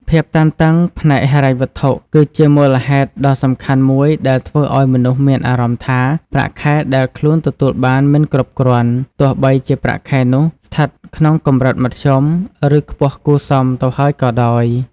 ភាពតានតឹងផ្នែកហិរញ្ញវត្ថុ គឺជាមូលហេតុដ៏សំខាន់មួយដែលធ្វើឲ្យមនុស្សមានអារម្មណ៍ថាប្រាក់ខែដែលខ្លួនទទួលបានមិនគ្រប់គ្រាន់ ទោះបីជាប្រាក់ខែនោះស្ថិតក្នុងកម្រិតមធ្យម ឬខ្ពស់គួរសមទៅហើយក៏ដោយ។